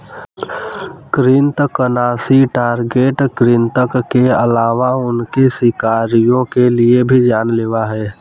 कृन्तकनाशी टारगेट कृतंक के अलावा उनके शिकारियों के लिए भी जान लेवा हैं